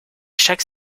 chaque